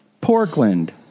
Portland